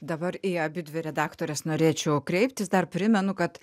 dabar į abidvi redaktores norėčiau kreiptis dar primenu kad